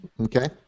Okay